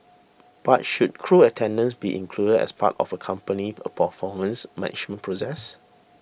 but should crew attendance be included as part of a company's a performance management process